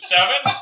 Seven